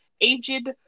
aged